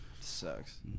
Sucks